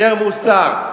יותר מוסר,